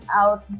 out